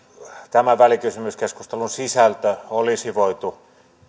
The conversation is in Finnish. tämä välikysymyskeskustelun sisältö olisi voitu